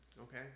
okay